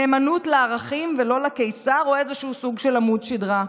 נאמנות לערכים ולא לקיסר או איזשהו סוג של עמוד שדרה.